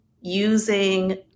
using